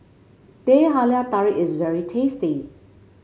Teh Halia Tarik is very tasty